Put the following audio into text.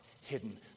hidden